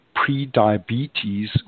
pre-diabetes